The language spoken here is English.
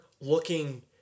looking